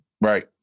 Right